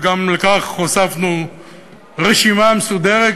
וגם הוספנו רשימה מסודרת,